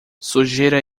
sujeira